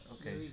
Okay